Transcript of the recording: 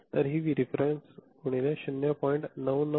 तर V reference गुणिले 0